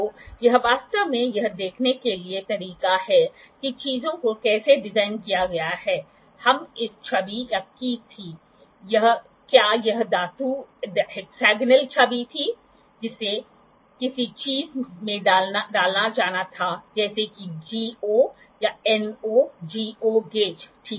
तो यह वास्तव में यह देखने का एक तरीका है कि चीजों को कैसे डिज़ाइन किया गया है यह एक चाभी थी क्या यह धातु हेक्सागोनल चाभी थी जिसे किसी चीज़ में डाला जाना था जैसे कि GO या NO GO गेज ठीक है